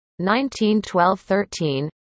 1912-13